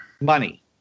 money